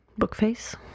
Bookface